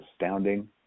astounding